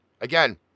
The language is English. again